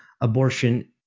abortion